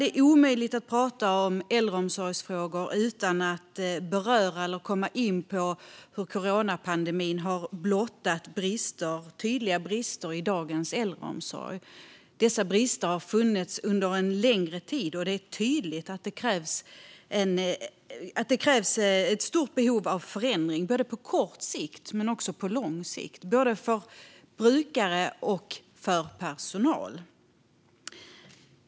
Det är omöjligt att prata om äldreomsorgsfrågor utan att beröra eller komma in på hur coronapandemin har blottat tydliga brister i dagens äldreomsorg. Dessa brister har funnits under en längre tid, och det är tydligt att det finns ett stort behov av förändringar på både kort och lång sikt, för såväl brukare som personal.